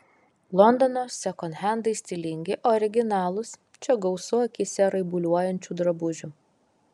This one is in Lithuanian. londono sekonhendai stilingi originalūs čia gausu akyse raibuliuojančių drabužių